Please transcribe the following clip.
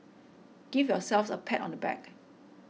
give yourselves a pat on the back